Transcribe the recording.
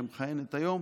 שמכהנת היום,